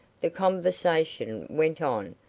the conversation went on,